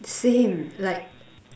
same like